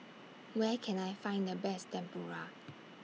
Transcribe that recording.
Where Can I Find The Best Tempura